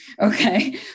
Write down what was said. Okay